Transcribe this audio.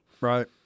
Right